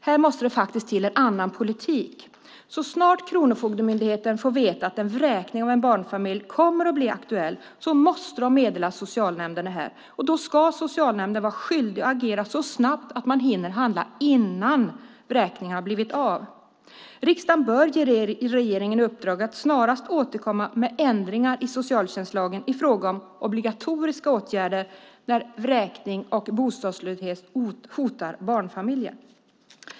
Här måste det till en annan politik. Så snart Kronofogdemyndigheten får veta att en vräkning av en barnfamilj kommer att bli aktuell måste det meddelas till socialnämnden som då ska vara skyldig att agera så snabbt att man hinner handla innan vräkningen blivit av. Riksdagen bör ge regeringen i uppdrag att snarast återkomma med förslag om ändringar i socialtjänstlagen i fråga om obligatoriska åtgärder när vräkning och bostadslöshet hotar barnfamiljer.